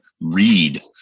read